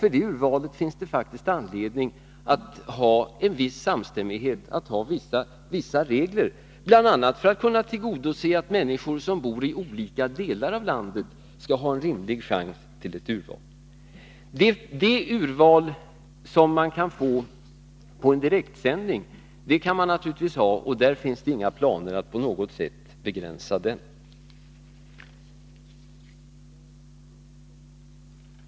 När det gäller det urvalet finns det faktiskt anledning att ha en viss samstämmighet, att ha vissa regler, bl.a. för att människor som bor i olika delar av landet skall ha en rimlig chans till urval. Beträffande det urval som man kan få genom direktsändning — det kan man naturligtvis ha — finns det inga planer på någon som helst begränsning.